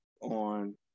on